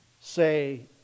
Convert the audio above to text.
say